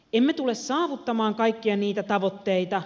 emme tule saavuttamaan kaikkia niitä tavoitteita